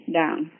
down